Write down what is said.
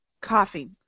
Coffee